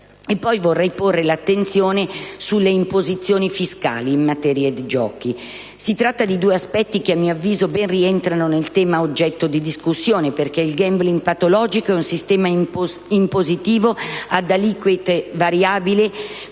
vorrei porre l'attenzione sulle imposizioni fiscali in materia di giochi. Si tratta di due aspetti che, a mio avviso, ben rientrano nel tema oggetto di discussione, perché il *gambling* patologico e un sistema impositivo ad aliquote variabili